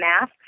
math